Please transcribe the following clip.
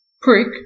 prick